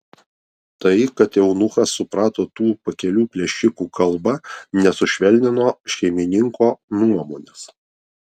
tai kad eunuchas suprato tų pakelių plėšikų kalbą nesušvelnino šeimininko nuomonės